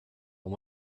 and